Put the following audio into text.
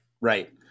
Right